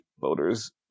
voters